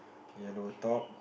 yellow top